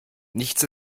nichts